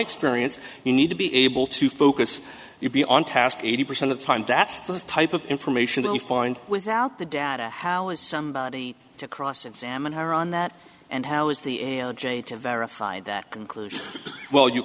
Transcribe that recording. experience you need to be able to focus you be on task eighty percent of the time that's those type of information that you find without the data how is somebody to cross examine her on that and how is the a l j to verify that conclusion well you